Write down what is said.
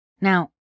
Now